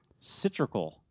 Citrical